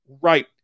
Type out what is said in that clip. right